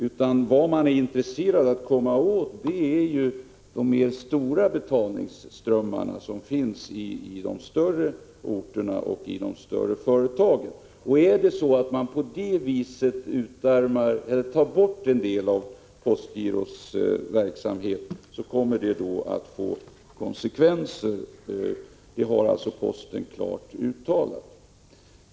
Vad man är intresserad av är att komma åt de större betalningsströmmarna, som finns på de större orterna och i de större företagen. Om man på det sättet tar bort en del av postgirots verksamhet kommer det att få konsekvenser — det har posten klart uttalat.